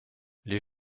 les